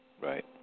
right